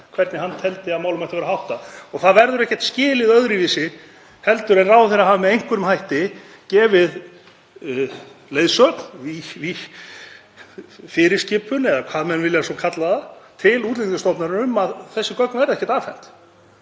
hvernig hann teldi að málum ætti að vera háttað. Það verður ekkert skilið öðruvísi en að ráðherra hafi með einhverjum hætti gefið leiðsögn, fyrirskipun, eða hvað menn vilja kalla það, til Útlendingastofnunar um að þessi gögn verði ekki afhent.